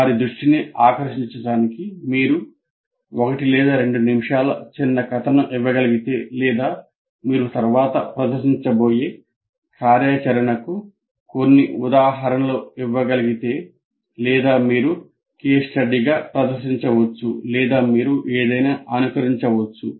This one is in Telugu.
వారి దృష్టిని ఆకర్షించడానికి మీరు 1 2 నిమిషాల చిన్న కథను ఇవ్వగలిగితే లేదా మీరు తరువాత ప్రదర్శించబోయే కార్యాచరణకు కొన్ని ఉదాహరణలు ఇవ్వగలిగితే లేదా మీరు కేస్ స్టడీగా ప్రదర్శించవచ్చు లేదా మీరు ఏదైనా అనుకరించవచ్చు